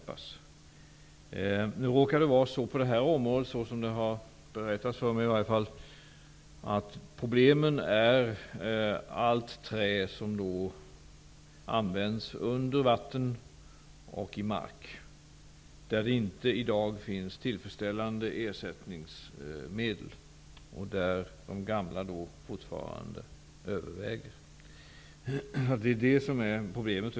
Problemen på det här området är -- som det har berättats för mig -- allt trä som används under vatten och i mark. Där finns det inte tillfredsställande ersättningsmedel i dag. De gamla överväger fortfarande där. Detta är problemet.